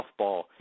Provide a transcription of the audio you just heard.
softball